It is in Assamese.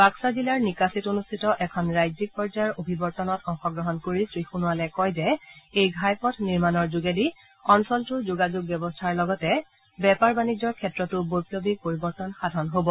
বাক্সা জিলাৰ নিকাছিত অনুষ্ঠিত এখন ৰাজ্যিক পৰ্যায়ৰ অভিৱৰ্তনত অংশগ্ৰহণ কৰি শ্ৰী সোণোৱালে কয় যে এই ঘাইপথ নিৰ্মাণৰ যোগেদি অঞ্চলটোৰ যোগাযোগ ব্যৱস্থাৰ লগতে বেপাৰ বাণিজ্যৰ ক্ষেত্ৰতো বৈপ্নৱিক পৰিৱৰ্তন সাধন হ'ব